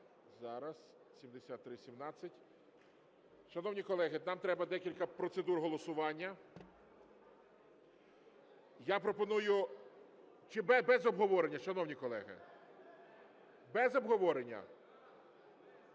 Зараз, 7317. Шановні колеги, нам треба декілька процедур голосування. Я пропоную... Чи без обговорення, шановні колеги? Без обговорення?